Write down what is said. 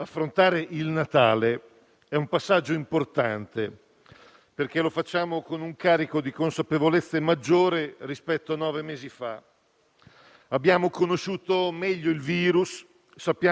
Abbiamo conosciuto meglio il virus, sappiamo quanto sia pericoloso e sappiamo quanto sia capace di trasmettersi attraverso le persone nei momenti di socialità e di assembramento.